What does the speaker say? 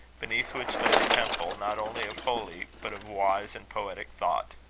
beneath which lay the temple not only of holy but of wise and poetic thought.